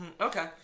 Okay